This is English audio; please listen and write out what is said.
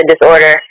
disorder